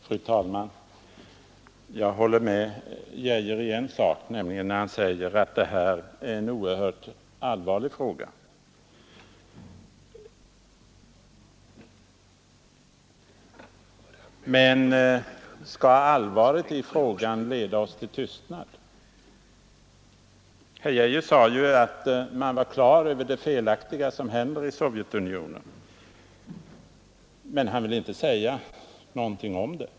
Fru talman! Jag håller med herr Arne Geijer om en sak, nämligen att det här är en oerhört allvarlig fråga. Men skall allvaret i frågan leda oss till tystnad? Herr Geijer sade ju att man var klar över det felaktiga som händer i Sovjetunionen, men man vill inte att det skall sägas något om det.